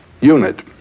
unit